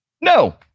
No